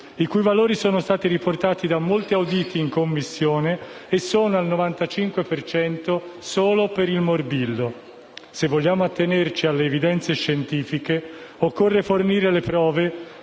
i cui valori sono stati riportati da molti auditi in Commissione e sono al 95 per cento solo per il morbillo. Se vogliamo attenerci alle evidenze scientifiche, occorre fornire le prove